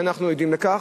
שאנחנו עדים לכך,